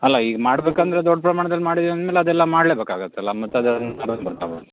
ಅಲ್ಲ ಈಗ ಮಾಡ್ಬೇಕಂದ್ರೆ ದೊಡ್ಡ ಪ್ರಮಾಣ್ದಲ್ಲಿ ಮಾಡಿದ್ವಿ ಅಂದ ಮ್ಯಾಲೆ ಅದೆಲ್ಲ ಮಾಡ್ಲೇಬೇಕಾಗುತ್ತಲ್ಲ ಮತ್ತೆ ಅದೊಂದು ಬಿಡಕೆ ಬರ್ತದೆ